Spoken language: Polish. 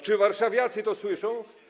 Czy warszawiacy to słyszą?